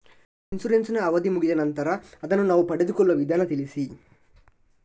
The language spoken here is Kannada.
ಇನ್ಸೂರೆನ್ಸ್ ನ ಅವಧಿ ಮುಗಿದ ನಂತರ ಅದನ್ನು ನಾವು ಪಡೆದುಕೊಳ್ಳುವ ವಿಧಾನ ತಿಳಿಸಿ?